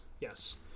yes